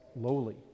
lowly